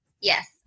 Yes